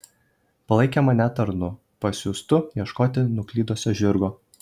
palaikė mane tarnu pasiųstu ieškoti nuklydusio žirgo